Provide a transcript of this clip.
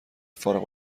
فارغ